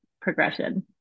progression